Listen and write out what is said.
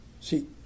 See